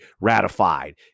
ratified